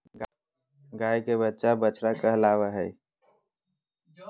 गाय के बच्चा बछड़ा कहलावय हय